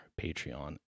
Patreon